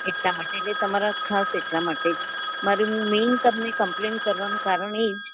એટલા માટે એટલે તમારા ખાસ એટલા માટે જ મારે મેન તમને કમ્પ્લેન કરવાનું કારણ એ જ